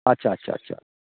আচ্ছা আচ্ছা আচ্ছা